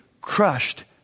crushed